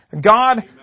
God